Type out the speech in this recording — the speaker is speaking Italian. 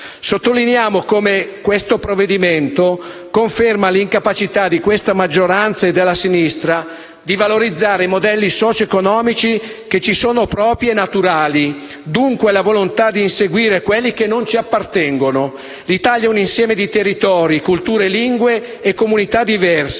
Sottolineiamo come questo provvedimento conferma l'incapacità della maggioranza e della sinistra di valorizzare modelli socioeconomici che ci sono propri e naturali e, dunque, la volontà di inseguire quelli che non ci appartengono. L'Italia è un insieme di territori, culture, lingue e comunità diverse.